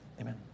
Amen